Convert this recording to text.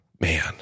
man